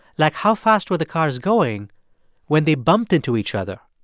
like, how fast were the cars going when they bumped into each other,